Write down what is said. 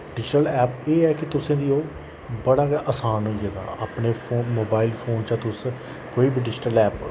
digital app एह् ऐ कि तुसेंगी ओह् बड़ा गै असान होई गेदा अपने फोन मोबाईल फोन चा तुस कोई बी डिजिटल ऐप